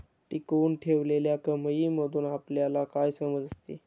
टिकवून ठेवलेल्या कमाईमधून आपल्याला काय समजते?